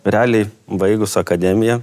realiai baigus akademiją